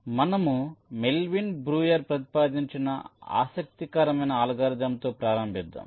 కాబట్టి మనము Melvin Breuer ప్రతిపాదించిన ఆసక్తికరమైన అల్గోరిథంతో ప్రారంభిద్దాం